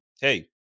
hey